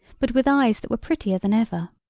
but with eyes that were prettier than ever.